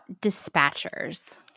dispatchers